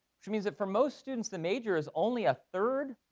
which means that for most students, the major is only a third,